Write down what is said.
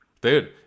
Dude